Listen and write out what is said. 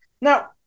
Now